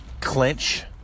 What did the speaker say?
clinch